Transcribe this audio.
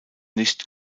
nicht